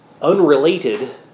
unrelated